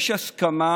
יש הסכמה